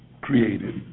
created